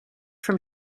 from